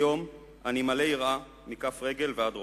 היום אני מלא יראה מכף רגל ועד ראש.